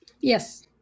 Yes